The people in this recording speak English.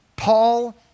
Paul